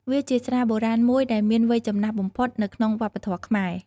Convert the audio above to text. វាជាស្រាបុរាណមួយដែលមានវ័យចំណាស់បំផុតនៅក្នុងវប្បធម៌ខ្មែរ។